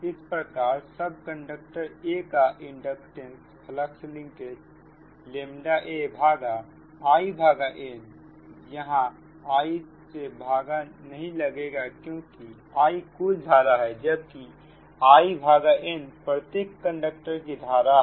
इस प्रकार sub conductor a का इंडक्टेंस फ्लक्स लिंकेज ʎa भागा Inयहां I से भाग नहीं लगेगा क्योंकि I कुलधारा है जबकि In प्रत्येक कंडक्टर की धारा है